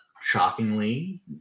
shockingly